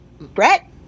Brett